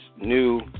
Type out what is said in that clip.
new